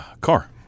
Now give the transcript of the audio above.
car